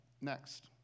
next